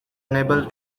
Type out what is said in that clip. unable